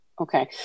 Okay